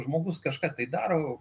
žmogus kažką tai daro